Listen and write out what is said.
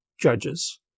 judges